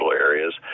areas